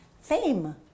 fame